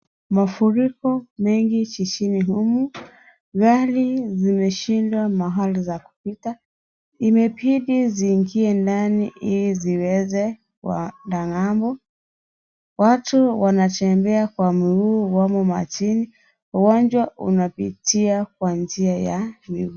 Maguriko mengi jijini humu. Gari zimeshindwa mahali za kupita. Imebidi ziingie ndani ili ziweze kuenda ng'ambo. Watu wanatembea kwa mguu wamo wajini. Ugonjwa unapitia kwa njia ya miguu.